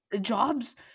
jobs